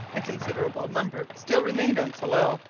a considerable number still remained on tsalal,